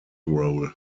role